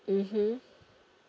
mmhmm